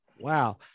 Wow